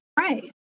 Right